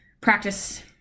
practice